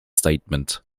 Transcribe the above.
statement